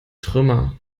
trümmer